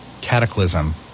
cataclysm